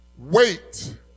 wait